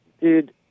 Dude